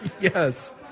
Yes